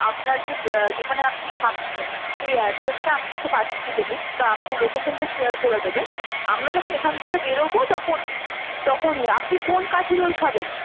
আপনার যে যেখানে আপনি থাকছেন সেই অ্যাড্রেসটা আমাকে একটু পাঠিয়ে দেবেন বা আপনার লোকেশনটা শেয়ার করে দেবেন আমরা যখন এখান থেকে বেরবো তকন তখনই আপনি কোন কাঠি রোল খাবেন